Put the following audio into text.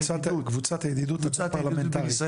קבוצת הידידות הפרלמנטרית בין ישראל